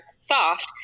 soft